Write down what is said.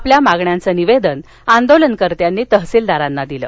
आपल्या मागण्यांच निवेदन आंदोलनकर्त्यांनी तहसीलदारांना दिलं